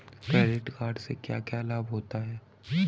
Credit card से क्या क्या लाभ होता है?